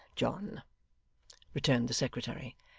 john returned the secretary.